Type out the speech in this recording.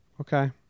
Okay